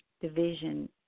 division